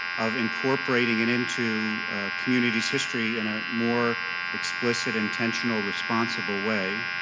of incorporating it into community's history in a more explicit, intentional, responsible way.